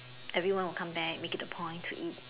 everyone will come back make it a point to eat